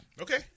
Okay